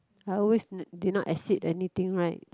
I always did not exceed anything right